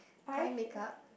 eye makeup